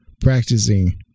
practicing